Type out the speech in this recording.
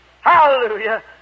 Hallelujah